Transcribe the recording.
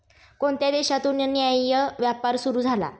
कोणत्या देशातून न्याय्य व्यापार सुरू झाला?